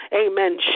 Amen